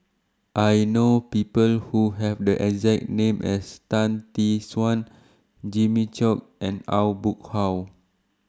I know People Who Have The exact name as Tan Tee Suan Jimmy Chok and Aw Boon Haw